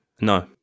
No